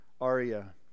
Aria